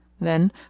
Then